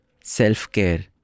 self-care